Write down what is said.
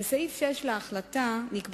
1. האם נכון